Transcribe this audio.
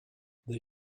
they